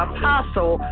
Apostle